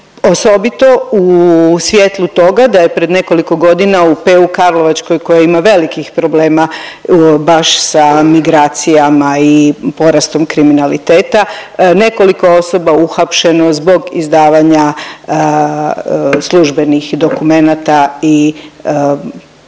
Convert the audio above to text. Osobito u svjetlu toga da je pred nekoliko godina u PU Karlovačkoj koja ima velikih problema baš sa migracijama i porastom kriminaliteta, nekoliko osoba uhapšeno zbog izdavanja službenih dokumenata, pa